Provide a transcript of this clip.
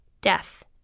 Death